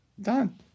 done